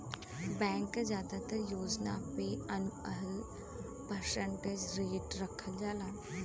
bank के जादातर योजना पे एनुअल परसेंटेज रेट रखल जाला